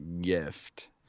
gift